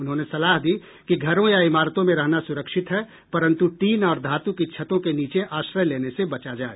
उन्होंने सलाह दी कि घरों या इमारतों में रहना सुरक्षित है परंतु टीन और धातु की छतों के नीचे आश्रय लेने से बचा जाए